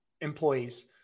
employees